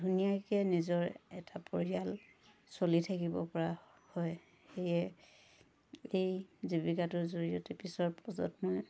ধুনীয়াকৈ নিজৰ এটা পৰিয়াল চলি থাকিব পৰা হয় সেয়ে এই জীৱিকাটোৰ জৰিয়তে পিছৰ প্ৰজত্মই